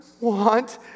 want